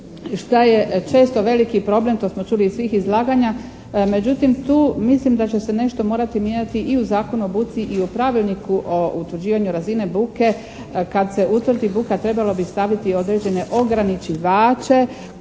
šta je često veliki problem to smo čuli iz svih izlaganja. Međutim tu mislim da će se nešto morati mijenjati i u Zakonu o buci i o Pravilniku o utvrđivanju razine buke. Kad se utvrdi buka trebalo bi staviti određene ograničivače